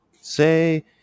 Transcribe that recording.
say